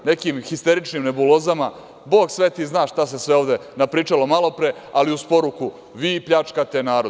Nekim histeričnim nebulozama, bog sveti zna šta se sve ovde napričalo malo pre, ali uz poruku - vi pljačkate narod.